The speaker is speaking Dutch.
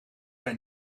ben